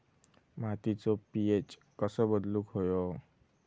मातीचो पी.एच कसो बदलुक होयो?